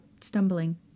stumbling